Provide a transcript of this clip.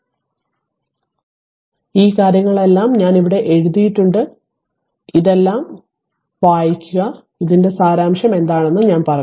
അതിനാൽ ഈ കാര്യങ്ങളെല്ലാം ഇവിടെ എഴുതിയിട്ടുണ്ട് ഇതെല്ലാം ഇവിടെ എഴുതിയിട്ടുണ്ട്ഇത് വായിക്കുക എന്നാൽ ഇതിന്റെ സാരാംശം എന്താണെന്ന് ഞാൻ പറഞ്ഞു